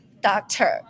doctor